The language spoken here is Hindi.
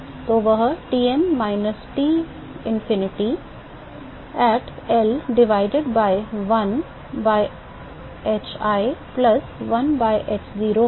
तो वह Tm minus Tinfinity at L divided by 1 by hi plus 1 by h0 होगा